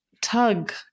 tug